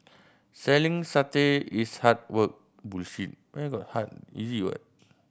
selling satay is hard work